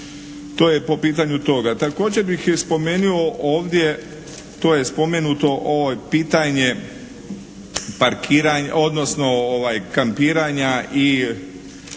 To je po pitanju toga. Također bih i spomenuo ovdje, to je spomenuto ovo pitanje, odnosno kampiranja i